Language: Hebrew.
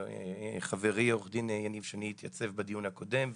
חברי, עו"ד יניב שני התייצב בדיון הקודם.